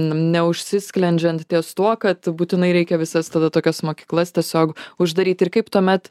neužsisklendžiant ties tuo kad būtinai reikia visas tada tokias mokyklas tiesiog uždaryti ir kaip tuomet